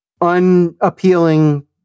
unappealing